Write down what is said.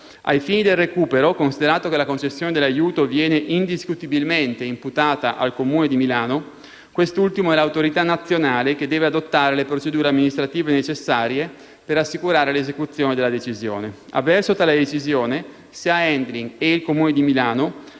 Ai fini del recupero, considerato che la concessione dell'aiuto viene indiscutibilmente imputata al Comune di Milano, quest'ultimo è l'autorità nazionale che deve adottare le procedure amministrative necessarie per assicurare l'esecuzione della decisione. Avverso tale decisione, Sea Handling e il Comune di Milano